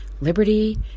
liberty